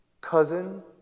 cousin